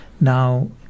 now